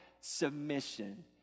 Submission